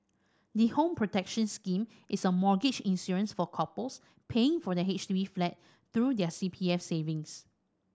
the Home Protection Scheme is a mortgage insurance for couples paying for their H D B flat through their C P F savings